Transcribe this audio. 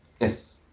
Yes